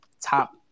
top